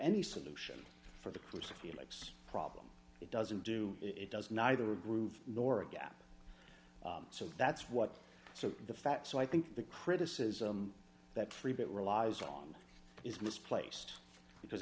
any solution for the course of felix problem it doesn't do it does neither groove nor a gap so that's what so the fact so i think the criticism that free bit relies on is misplaced because